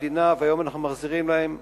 בעד, 14, אין מתנגדים ואין נמנעים.